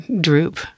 droop